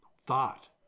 thought